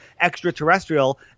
extraterrestrial